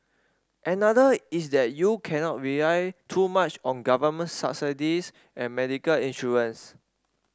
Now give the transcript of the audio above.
another is that you cannot rely too much on government subsidies and medical insurance